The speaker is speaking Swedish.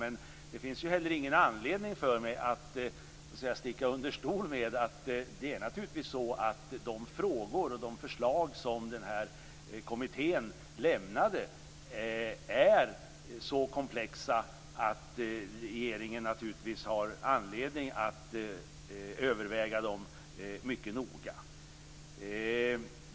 Men det finns heller ingen anledning för mig att sticka under stol med att de frågor som behandlades och de förslag som kommittén lämnade är så komplexa att regeringen har anledning att överväga dem mycket noga.